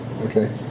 Okay